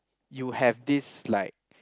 you have this like